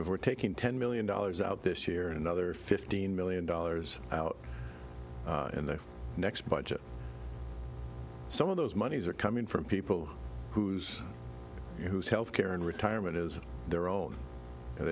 we're taking ten million dollars out this year another fifteen million dollars out in the next budget some of those monies are coming from people whose whose health care and with tyrant is their own and